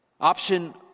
Option